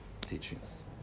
teachings